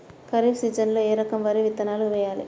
ఖరీఫ్ సీజన్లో ఏ రకం వరి విత్తనాలు వేయాలి?